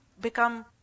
become